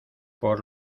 por